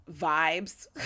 vibes